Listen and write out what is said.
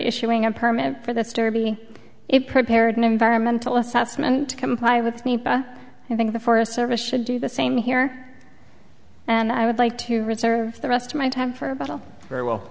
issuing a permit for this derby it prepared an environmental assessment to comply with me but i think the forest service should do the same here and i would like to reserve the rest of my time for a bottle very well